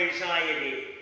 anxiety